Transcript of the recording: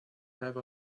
have